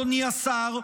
אדוני השר,